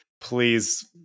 please